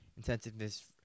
intensiveness